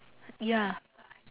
ya